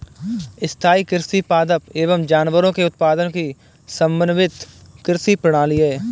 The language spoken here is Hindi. स्थाईं कृषि पादप एवं जानवरों के उत्पादन की समन्वित कृषि प्रणाली है